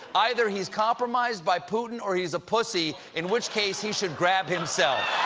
either he's compromised by putin or he's a pussy, in which case he should grab himself.